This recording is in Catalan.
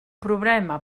problema